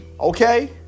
Okay